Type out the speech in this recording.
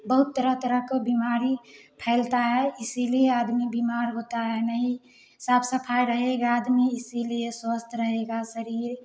बहुत तरह तरह को बीमारी फैलता है इसीलिए आदमी बीमार होता है नहीं साफ सफाई रहेगा आदमी इसीलिए स्वस्थ रहेगा शरीर